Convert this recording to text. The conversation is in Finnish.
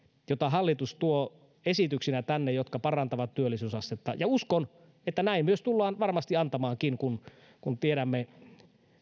joita hallitus tuo esityksinä tänne ja jotka parantavat työllisyysastetta uskon että se myös tullaan varmasti antamaankin kun kun tiedämme